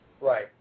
right